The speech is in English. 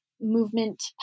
movement